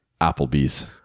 Applebee's